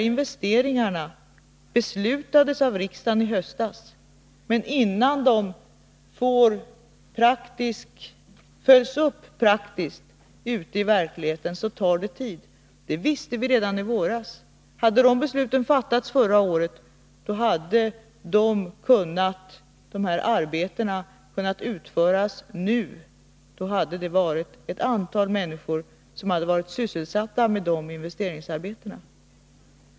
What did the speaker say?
Investeringarna beslutades av riksdagen i höstas, men innan de följs upp praktiskt ute i verkligheten tar det tid. Det visste vi redan i våras. Hade besluten fattats förra året, hade arbetena kunnat utföras nu. Då hade ett antal människor varit sysselsatta med investeringsarbetena.